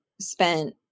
spent